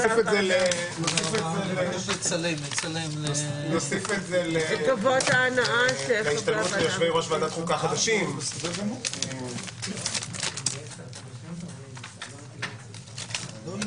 09:53.